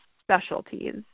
specialties